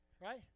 right